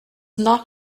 not